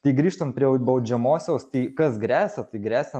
tai grįžtant prie baudžiamosios tai kas gresia tai gresia